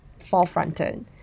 forefronted